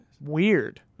weird